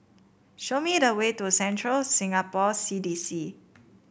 show me the way to Central Singapore C D C